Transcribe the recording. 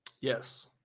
Yes